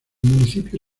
municipio